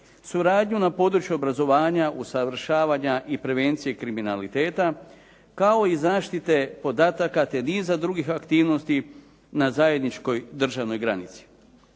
suradnju na području obrazovanja, usavršavanja i prevencije kriminaliteta, kao i zaštite podataka te niza drugih aktivnosti na zajedničkoj državnoj granici.